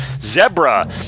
Zebra